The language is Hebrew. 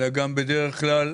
אלא גם בדרך כלל